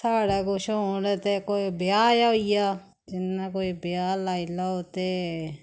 साढ़ा कुछ हून ते कोई ब्याह गै होई गेआ जियां कोई ब्याह लाई लेऔ ते